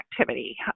activity